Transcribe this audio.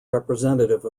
representative